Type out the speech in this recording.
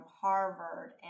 Harvard